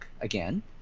again